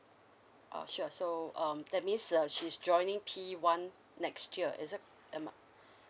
uh sure so um that means uh she's joining P one next year is it am I